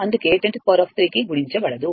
అందుకే 10 3 కి గుణించబడదు